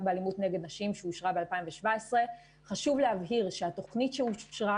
באלימות נגד נשים שאושרה בשנת 2017. חשוב להבהיר שהתוכנית שאושרה,